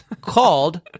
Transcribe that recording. called